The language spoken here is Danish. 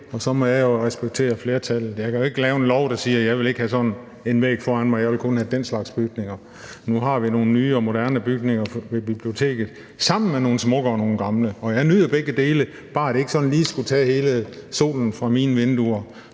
og så må jeg jo respektere et flertal. Jeg kan da ikke lave en lov, der siger, at jeg ikke vil have sådan en væg foran mig, at jeg kun vil have den slags bygninger. Nu har vi nogle nye og moderne bygninger ved biblioteket sammen med nogle smukke og nogle gamle. Jeg nyder begge dele, bare det ikke sådan lige skulle tage al solen fra mine vinduer.